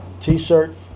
t-shirts